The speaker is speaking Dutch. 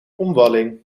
omwalling